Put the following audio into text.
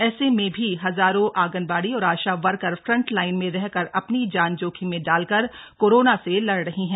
ऐसे में भी हजारों आंगनबाड़ी और आशा वर्कर फ्रंट लाइन में रहकर अपनी जान जोखिम में डालकर कोरोना से लड़ रही हैं